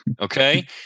Okay